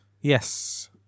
Yes